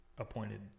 appointed